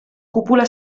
cúpula